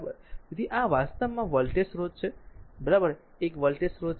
તેથી આ વાસ્તવમાં વોલ્ટેજ સ્રોત છે બરાબર આ એક વોલ્ટેજ સ્રોત છે